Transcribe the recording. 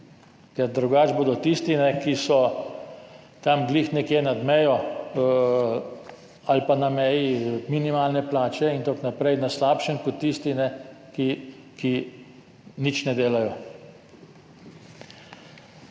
ker drugače bodo tisti, ki so tam ravno nekje nad mejo ali pa na meji minimalne plače, na slabšem kot tisti, ki nič ne delajo.